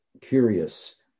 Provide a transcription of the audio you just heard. curious